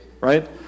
right